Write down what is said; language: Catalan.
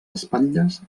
espatlles